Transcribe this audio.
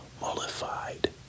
mollified